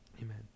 Amen